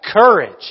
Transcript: courage